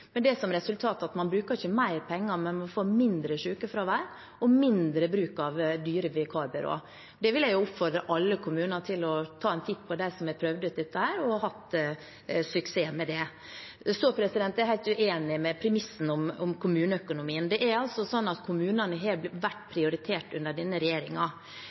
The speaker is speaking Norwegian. men man får mindre sykefravær og mindre bruk av dyre vikarbyråer. Jeg vil oppfordre alle kommuner til å ta en titt på dem som har prøvd ut dette, og som har hatt suksess med det. Så er jeg helt uenig i premissen om kommuneøkonomien. Det er altså slik at kommunene har vært prioritert under denne